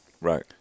Right